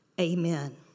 Amen